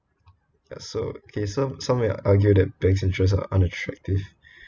so okay some some may argue that bank's interest are unattractive